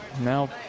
Now